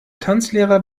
tanzlehrer